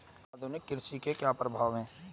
आधुनिक कृषि के क्या प्रभाव हैं?